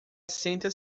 senta